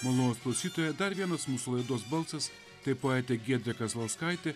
malonūs klausytojai dar vienas mūsų laidos balsas tai poetė giedrė kazlauskaitė